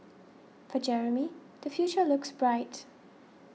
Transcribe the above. for Jeremy the future looks bright